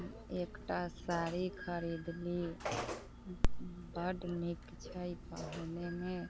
एकटा साड़ी खरिदली बड्ड नीक छै पहिरेमे